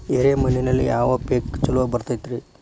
ಎರೆ ಮಣ್ಣಿನಲ್ಲಿ ಯಾವ ಪೇಕ್ ಛಲೋ ಬರತೈತ್ರಿ?